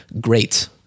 great